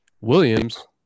Williams